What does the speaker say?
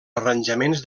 arranjaments